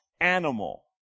animal